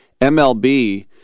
MLB